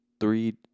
three